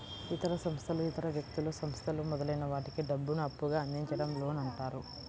ఇతర సంస్థలు ఇతర వ్యక్తులు, సంస్థలు మొదలైన వాటికి డబ్బును అప్పుగా అందించడం లోన్ అంటారు